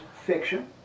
fiction